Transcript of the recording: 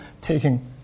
taking